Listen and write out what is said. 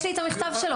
לא, יש לי המכתב שלו.